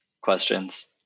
questions